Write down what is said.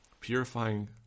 Purifying